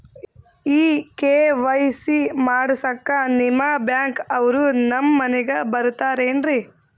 ಈ ಕೆ.ವೈ.ಸಿ ಮಾಡಸಕ್ಕ ನಿಮ ಬ್ಯಾಂಕ ಅವ್ರು ನಮ್ ಮನಿಗ ಬರತಾರೆನ್ರಿ?